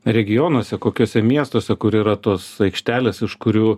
regionuose kokiuose miestuose kur yra tos aikštelės iš kurių